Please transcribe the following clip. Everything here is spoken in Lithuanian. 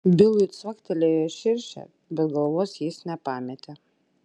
bilui cvaktelėjo širšė bet galvos jis nepametė